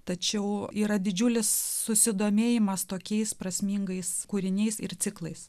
tačiau yra didžiulis susidomėjimas tokiais prasmingais kūriniais ir ciklais